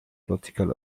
political